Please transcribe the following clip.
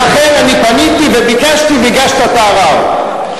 ואכן, פניתי וביקשתי, והגשת את הערר.